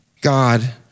God